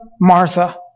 Martha